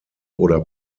oder